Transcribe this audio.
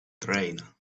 train